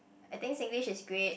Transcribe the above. I think Singlish is great